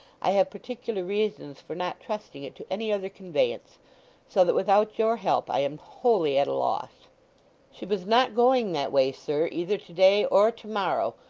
i have particular reasons for not trusting it to any other conveyance so that without your help, i am wholly at a loss she was not going that way, sir, either to-day, or to-morrow,